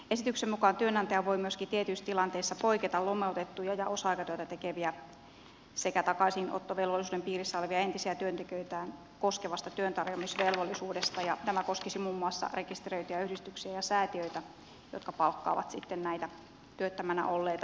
esityksen mukaan työnantaja voi tietyissä tilanteissa myöskin poiketa lomautettuja ja osa aikatyötä tekeviä sekä takaisinottovelvollisuuden piirissä olevia entisiä työntekijöitään koskevasta työntarjoamisvelvollisuudesta ja tämä koskisi muun muassa rekisteröityjä yhdistyksiä ja säätiöitä jotka palkkaavat näitä työttöminä olleita